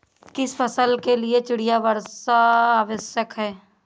किस फसल के लिए चिड़िया वर्षा आवश्यक है?